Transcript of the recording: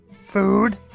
Food